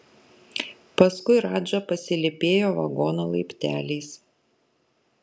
paskui radža pasilypėjo vagono laipteliais